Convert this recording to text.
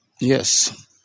Yes